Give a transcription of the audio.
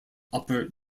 upper